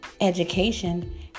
education